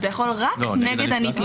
אתה יכול רק נגד הנתבע.